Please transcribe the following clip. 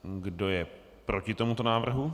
Kdo je proti tomuto návrhu?